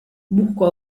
busco